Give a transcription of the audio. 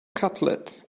cutlet